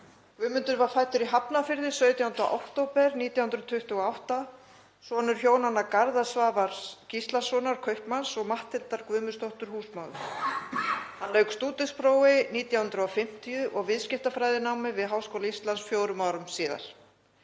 Guðmundur var fæddur í Hafnarfirði 17. október 1928, sonur hjónanna Garðars Svavars Gíslasonar kaupmanns og Matthildar Guðmundsdóttur húsmóður. Hann lauk stúdentsprófi 1950 og viðskiptafræðinámi við Háskóla Íslands fjórum árum síðar.